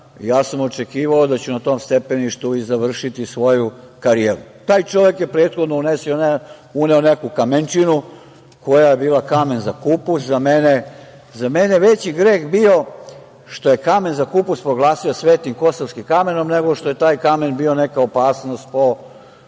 ja sam očekivao da ću na tom stepeništu i završiti svoju karijeru. Taj čovek je prethodno uneo neku kamenčinu koja je bila kamen za kupus. Za mene je veći greh bio što je kamen za kupus proglasio svetim kosovskim kamenom, nego što je taj kamen bio neka opasnost po